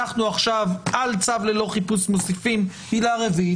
אנחנו עכשיו על צו ללא חיפוש מוסיפים עילה רביעית.